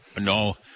No